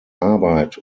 arbeit